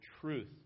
truth